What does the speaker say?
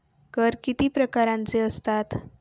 कर किती प्रकारांचे असतात?